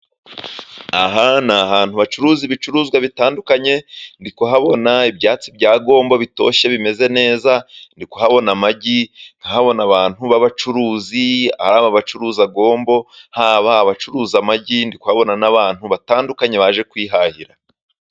Aha ni ahantu bacuruza ibicuruzwa bitandukanye, ndi kuhabona ibyatsi bya gombo bitoshye, bimeze neza, ndi kuhabona amagi, ndahabona abantu b'abacuruzi, ari aba bacuruza gombo, haba abacuruza amagi, ndi kuhabona n'abantu batandukanye, baje kwihahira.